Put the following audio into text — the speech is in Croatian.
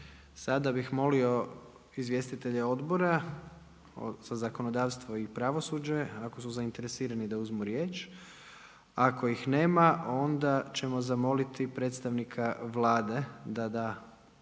Sada bih molio izvjestitelja Odbora za zakonodavstvo i pravosuđe ako su zainteresirani da uzmu riječ. Ako ih nema, onda ćemo zamoliti predstavnika Vlade da da